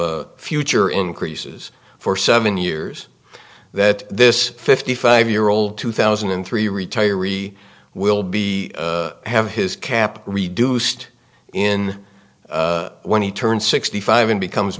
future increases for seven years that this fifty five year old two thousand and three retiree will be have his cap reduced in when he turns sixty five and becomes